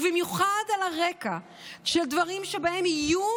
ובמיוחד על הרקע של דברים שבהם יהיו